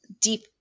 deep